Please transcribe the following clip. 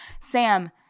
Sam